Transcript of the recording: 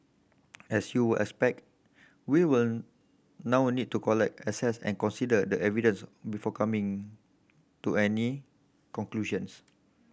as you will expect we will now need to collect assess and consider the evidence before coming to any conclusions